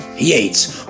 Yates